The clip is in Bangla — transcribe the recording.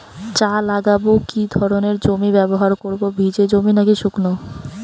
চা লাগাবো কি ধরনের জমি ব্যবহার করব ভিজে জমি নাকি শুকনো?